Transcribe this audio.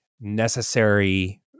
necessary